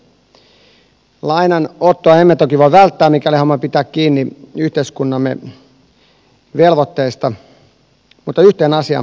lainanottoa emme toki voi välttää mikäli haluamme pitää kiinni yhteiskuntamme velvoitteista mutta yhteen asiaan pystymme vaikuttamaan